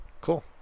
cool